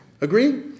agree